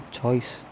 choice